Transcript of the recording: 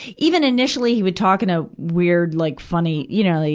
even initially, he would talk in a weird, like funny, you know,